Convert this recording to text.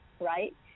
right